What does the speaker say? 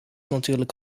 natuurlijk